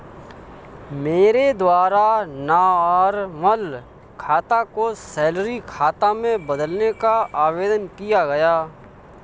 मेरे द्वारा नॉर्मल खाता को सैलरी खाता में बदलने का आवेदन दिया गया